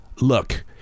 look